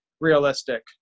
realistic